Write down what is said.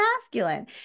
masculine